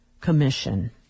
Commission